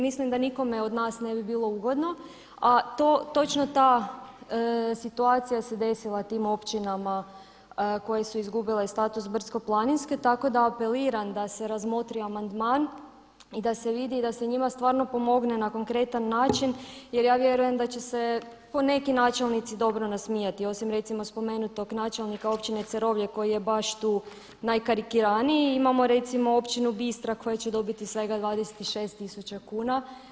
Mislim da nikome od nas ne bi bilo ugodno, a točno ta situacija se desila tim općinama koje su izgubile status brdsko-planinske, tako da apeliram da se razmotri amandman i da se vidi i da se njima stvarno pomogne na konkretan način jer ja vjerujem da će se po neki načelnici dobro nasmijati, osim recimo spomenutog načelnika Općine Cerovlje koji je baš tu najkarikiraniji i imamo recimo Općinu Bistra koja će dobiti svega 26.000 kuna.